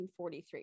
1943